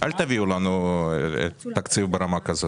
אל תביאו לנו תקציב ברמה כזאת.